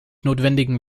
notwendigen